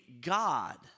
God